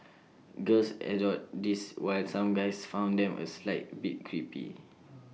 girls adored these while some guys found them A slight bit creepy